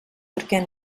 perquè